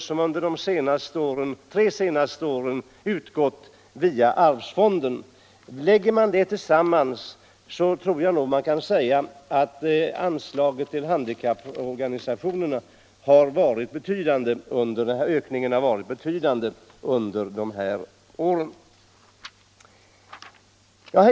som de tre senaste åren utgått via arvsfonden. Lägger man ihop beloppen kan man säga att ökningen av anslaget till handikapporganisationerna har varit betydande de senaste åren.